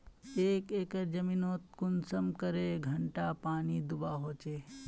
एक एकर जमीन नोत कुंसम करे घंटा पानी दुबा होचए?